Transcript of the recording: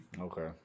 Okay